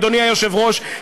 אדוני היושב-ראש,